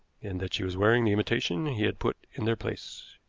and that she was wearing the imitation he had put in their place.